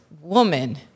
woman